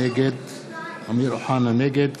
נגד